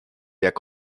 jak